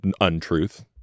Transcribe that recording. untruth